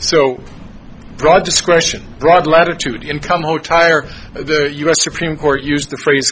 so broad discretion broad latitude in come old tired the u s supreme court used the phrase